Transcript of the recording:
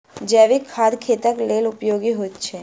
जैविक खाद खेतक लेल उपयोगी होइत छै